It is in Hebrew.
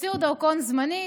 תוציאו דרכון זמני,